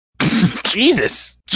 Jesus